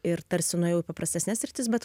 ir tarsi nuėjau į paprastesnes sritis bet